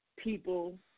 People